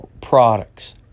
products